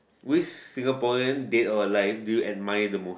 which Singaporean dead or alive do you admire the most